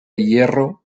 hierro